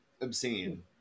obscene